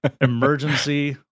emergency